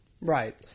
Right